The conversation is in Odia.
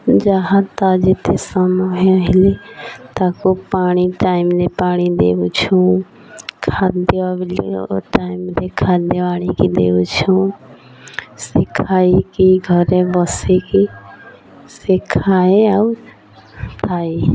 ଯାହା ତା' ଯେତେ ସମୟ ହେଲେ ତାକୁ ପାଣି ଟାଇମ୍ରେ ପାଣି ଦେଉଛୁଁ ଖାଦ୍ୟ ବୋଲି ଟାଇମ୍ରେ ଖାଦ୍ୟ ଆଣିକି ଦେଉଛୁଁ ସେ ଖାଇକି ଘରେ ବସିକି ସେ ଖାଏ ଆଉ ଥାଏ